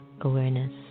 awareness